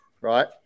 right